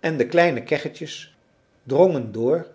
en de kleine keggetjes drongen door